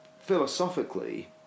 philosophically